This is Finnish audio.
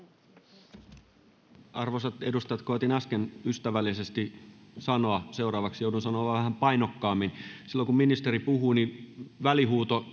arvoisat edustajat koetin äsken ystävällisesti sanoa seuraavaksi joudun sanomaan vähän painokkaammin silloin kun ministeri puhuu niin välihuuto